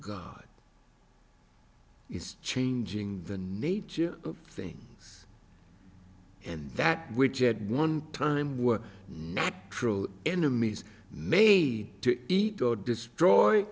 god is changing the nature of things and that which at one time were not cruel enemies may be to eat or destroy